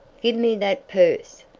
give me that purse,